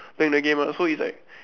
playing the game ah so he's like